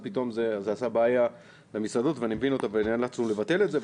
עשה בעיה למסעדות ואני מבין אותם ונאלצנו לבטל את זה,